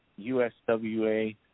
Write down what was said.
USWA